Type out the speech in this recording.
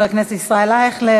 לחבר הכנסת ישראל אייכלר.